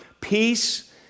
peace